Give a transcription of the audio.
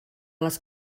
les